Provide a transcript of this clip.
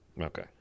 Okay